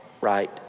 right